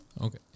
Okay